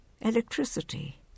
Electricity